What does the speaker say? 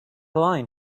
line